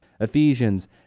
ephesians